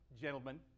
gentlemen